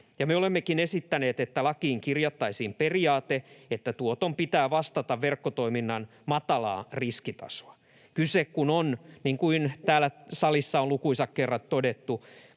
Me olemmekin esittäneet, että lakiin kirjattaisiin periaate, että tuoton pitää vastata verkkotoiminnan matalaa riskitasoa. Kyse kun on, niin kuin täällä salissa on lukuisat kerrat todettu,